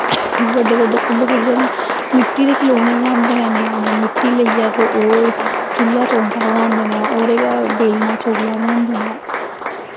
बड्डे बड्डे खुल्ले खुल्ले न मिट्टी दे खलौने बनांदे न ञ्यानें मिट्टी लेइयै ते ओह् चुल्ला चौंका बनांदे न ओहदा गै बेलना चकला बनांदे न